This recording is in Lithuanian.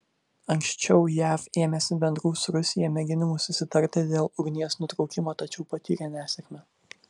anksčiau jav ėmėsi bendrų su rusija mėginimų susitarti dėl ugnies nutraukimo tačiau patyrė nesėkmę